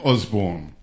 Osborne